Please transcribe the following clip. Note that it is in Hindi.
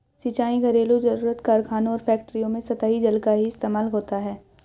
सिंचाई, घरेलु जरुरत, कारखानों और फैक्ट्रियों में सतही जल का ही इस्तेमाल होता है